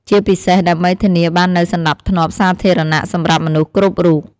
ជាពិសេស ដើម្បីធានាបាននូវសណ្តាប់ធ្នាប់សាធារណៈសម្រាប់មនុស្សគ្រប់រូប។